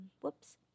whoops